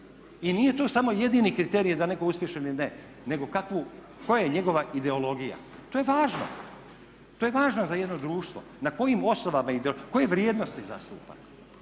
I nije to samo jedini kriterij da li je netko uspješan ili ne, nego kakvu, koja je njegova ideologija. To je važno, to je važno za jedno društvo na kojim osnovama, koje vrijednosti zastupa.